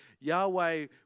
Yahweh